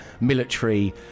military